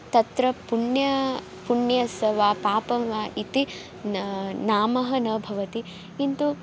तत्र पुण्यं पुण्यस्य वा पापं वा इति ना नाम न भवति किन्तु